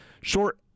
Short